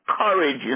courage